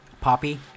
Poppy